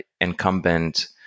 incumbent